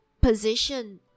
position